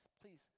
Please